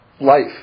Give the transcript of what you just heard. life